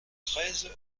treize